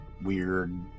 weird